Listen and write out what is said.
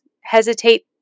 hesitate